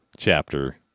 chapter